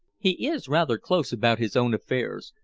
he is rather close about his own affairs,